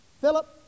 Philip